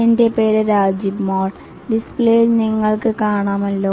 എന്റെ പേര് രാജിബ് മാൾ ഡിസ്പ്ലേയിൽ നിങ്ങൾക്ക് കാണാമല്ലോ